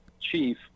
chief